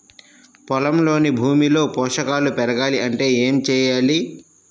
పొలంలోని భూమిలో పోషకాలు పెరగాలి అంటే ఏం చేయాలి?